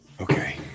Okay